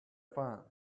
fine